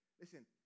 Listen